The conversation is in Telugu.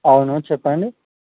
అవును చెప్పండి